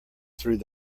through